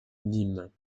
nîmes